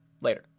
Later